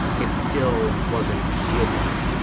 it still wasn't a deal breaker.